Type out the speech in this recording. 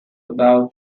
about